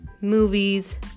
movies